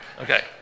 Okay